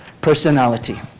personality